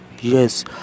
yes